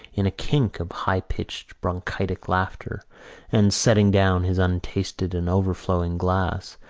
in a kink of high-pitched bronchitic laughter and, setting down his untasted and overflowing glass,